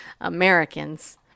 Americans